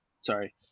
sorry